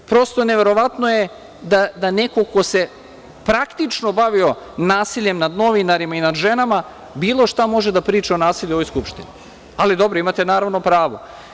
Prosto je neverovatno da neko ko se praktično bavio nasiljem nad novinarima i nad ženama bilo šta može da priča o nasilju u ovoj Skupštini, ali dobro imate pravo.